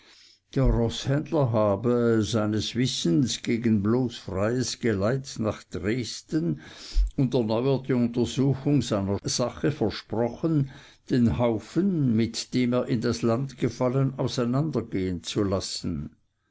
der roßhändler habe seines wissens gegen bloß freies geleit nach dresden und erneuerte untersuchung seiner sache versprochen den haufen mit dem er in das land gefallen auseinandergehen zu lassen